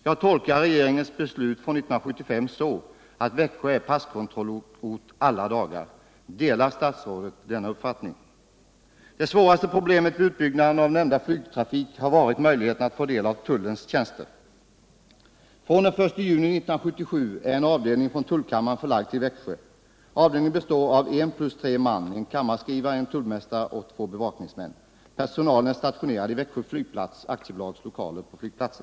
Jag tolkar regeringens beslut från 1975 så att Växjö är passkontrollort alla dagar. Delar statsrådet denna uppfattning? Det svåraste problemet vid utbyggnaden av nämnda flygtrafik har varit möjligheterna att få del av tullens tjänster. Från den 1 juni 1977 är en avdelning från tullkammaren förlagd till Växjö. Avdelningen består av en plus tre man — en kammarskrivare, en tullmästare och två bevakningsmän. Personalen är stationerad i Växjö Flygplats AB:s lokaler på flygplatsen.